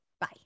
Bye